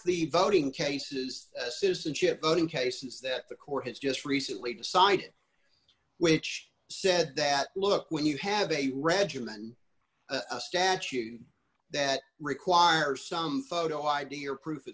the voting cases citizenship in cases that the court has just recently decided which said that look when you have a regimen a statute that requires some photo i d or proof of